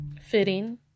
fitting